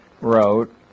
wrote